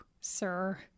sir